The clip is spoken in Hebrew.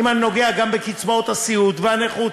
אם אני נוגע גם בקצבאות הסיעוד והנכות,